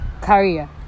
career